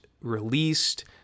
released